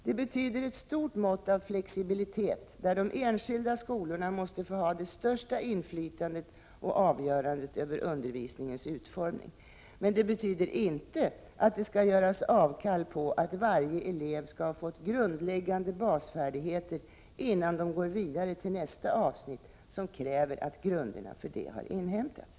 Det betyder ett stort mått av flexibilitet, där de enskilda skolorna måste få ha det största inflytandet och avgörandet över undervisningens utformning. Men det betyder inte att det skall göras avkall på att varje elev skall ha fått grundläggande basfärdigheter innan de går vidare till nästa avsnitt som kräver att grunderna för det har inhämtats.